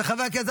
לוועדת חוקה,